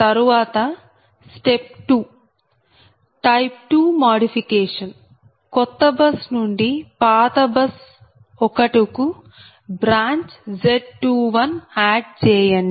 తరువాత step 2 type 2 modification కొత్త bus నుండి పాత బస్ 1 కు బ్రాంచ్ Z21 ఆడ్ చేయండి